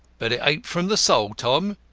but it ain't from the soul, tom,